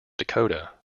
dakota